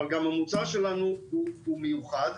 אבל גם המוצר שלנו הוא מיוחד.